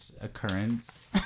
occurrence